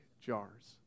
jars